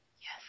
Yes